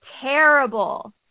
terrible